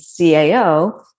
CAO